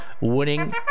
winning